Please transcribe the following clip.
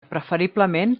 preferiblement